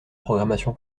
programmation